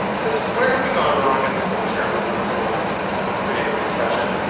because where have we gone wrong as a culture when we're penalizing this kind of creative expression?